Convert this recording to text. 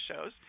shows